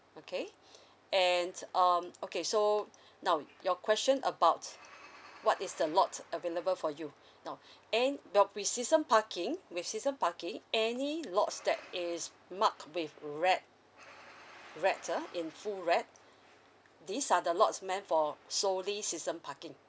okay and um okay so now your question about what is the lot available for you now an~ your with season parking with season parking any lots that is mark with red red ah in full red these are the lots meant for solely season parking